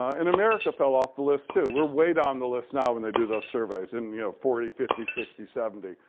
and america fell off the list too. we're way down the list now when they do those surveys in yeah forty, fifty, sixty seventy.